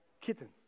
kittens